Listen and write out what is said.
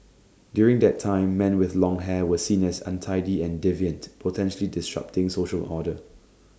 during that time man with long hair were seen as untidy and deviant potentially disrupting social order